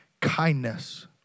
kindness